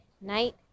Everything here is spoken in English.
night